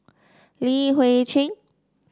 Li Hui Cheng